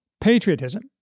patriotism